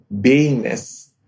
beingness